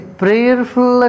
prayerful